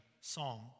song